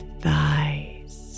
thighs